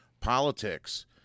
politics